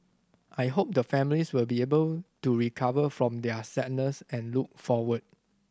I hope the families will be able to recover from their sadness and look forward